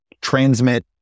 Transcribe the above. transmit